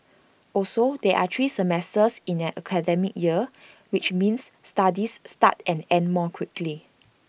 also there are three semesters in an academic year which means studies start and end more quickly